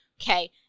okay